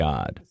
God